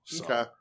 okay